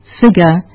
figure